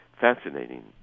fascinating